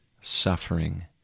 suffering